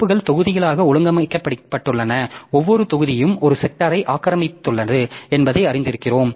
கோப்புகள் தொகுதிகளாக ஒழுங்கமைக்கப்பட்டுள்ளன ஒவ்வொரு தொகுதியும் ஒரு செக்டாரை ஆக்கிரமித்துள்ளன என்பதை அறிந்திருக்கிறோம்